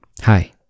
Hi